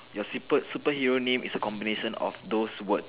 your super super hero name is the combination of those words